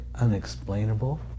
unexplainable